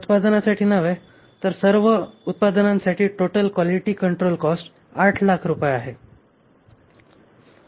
या उत्पादनासाठी नव्हे तर सर्व उत्पादनांसाठी टोटल क्वालिटी कंट्रोल कॉस्ट 800000 रुपये आहे